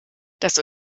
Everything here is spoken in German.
das